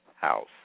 house